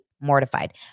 mortified